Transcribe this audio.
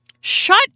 Shut